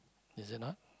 is it not